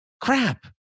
crap